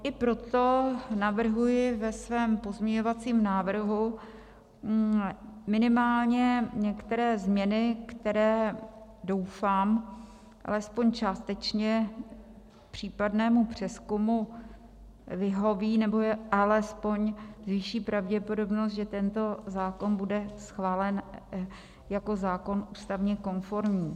I proto navrhuji ve svém pozměňovacím návrhu minimálně některé změny, které, doufám, alespoň částečně případnému přezkumu vyhoví, nebo alespoň zvýší pravděpodobnost, že tento zákon bude schválen jako zákon ústavně konformní.